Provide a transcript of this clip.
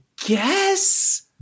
guess